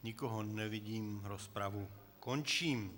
Nikoho nevidím, rozpravu končím.